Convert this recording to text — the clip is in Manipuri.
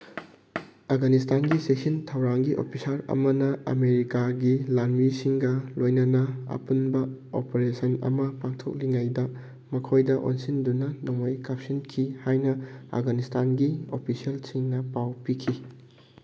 ꯑꯒꯅꯤꯁꯇꯥꯟꯒꯤ ꯆꯦꯛꯁꯤꯟ ꯊꯧꯔꯥꯡꯒꯤ ꯑꯣꯄꯤꯁꯥꯔ ꯑꯃꯅ ꯑꯃꯦꯔꯤꯀꯥꯒꯤ ꯂꯥꯟꯃꯤꯁꯤꯡꯒ ꯂꯣꯏꯅꯅ ꯑꯄꯨꯟꯕ ꯑꯣꯄꯔꯦꯁꯟ ꯑꯃ ꯄꯥꯡꯊꯣꯛꯂꯤꯉꯩꯗ ꯃꯈꯣꯏꯗ ꯑꯣꯟꯁꯤꯟꯗꯨꯅ ꯅꯣꯡꯃꯩ ꯀꯥꯞꯁꯤꯟꯈꯤ ꯍꯥꯏꯅ ꯑꯒꯅꯤꯁꯇꯥꯟꯒꯤ ꯑꯣꯄꯤꯁꯤꯌꯦꯜꯁꯤꯡꯅ ꯄꯥꯎ ꯄꯤꯈꯤ